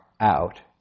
out